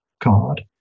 card